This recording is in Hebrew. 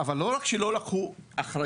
אבל לא רק שלא לקחו אחריות,